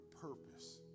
purpose